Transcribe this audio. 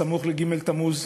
סמוך לג' תמוז,